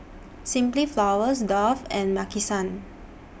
Simply Flowers Dove and Maki San